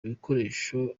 ibikoresho